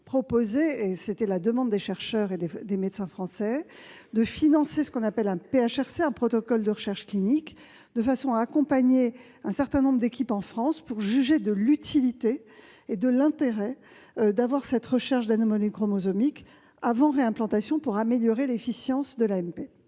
technique et, sur la demande des chercheurs et des médecins français, de financer un programme hospitalier de recherche clinique (PHRC), de façon à accompagner un certain nombre d'équipes en France pour juger de l'utilité et de l'intérêt de cette recherche d'anomalies chromosomiques avant réimplantation pour améliorer l'efficience de l'AMP.